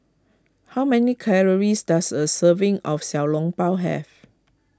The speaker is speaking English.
how many calories does a serving of Xiao Long Bao have